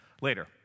later